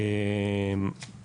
כמה מקורות.